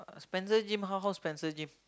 Spencer gym how how Spencer gym